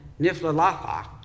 Niflalaha